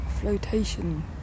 flotation